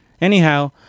Anyhow